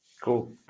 Cool